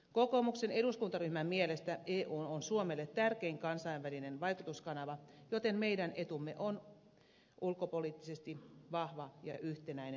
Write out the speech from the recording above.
kokoomuksen eduskuntaryhmän mielestä eu on suomelle tärkein kansainvälinen vaikutuskanava joten meidän etumme on ulkopoliittisesti vahva ja yhtenäinen unioni